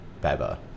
Baba